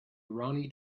roni